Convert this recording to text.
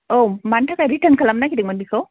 औ मानि थाखाय रिटार्न खालामनो नागिरदोंमोन बेखौ